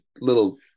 little